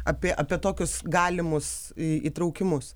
apie apie tokius galimus įtraukimus